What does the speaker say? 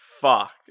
fuck